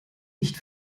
nicht